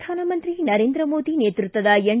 ಪ್ರಧಾನಮಂತ್ರಿ ನರೇಂದ್ರ ಮೋದಿ ನೇತೃತ್ವದ ಎನ್